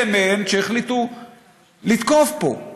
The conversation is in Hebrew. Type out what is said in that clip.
אלה מהן שהחליטו לתקוף פה,